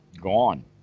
gone